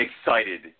excited